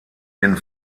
den